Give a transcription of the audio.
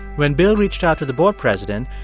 when bill reached out to the board president,